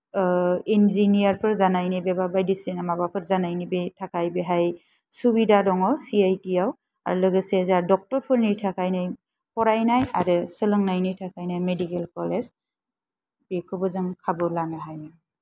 इन्जिनियारफोर जानायनि एबा बायदिसिना माबाफोर जानायनि बे थाखाय बेहाय सुबिदा दङ सि आइ ति आव आरो लोगोसे जोंहा दक्टरफोरनि थाखाय नै फरायनाय आरो सोलोंनायनि थाखायनो मेडिकेल कलेज बेखौबो जों खाबु लानो हायो